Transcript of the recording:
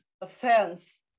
offense